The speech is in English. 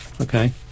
okay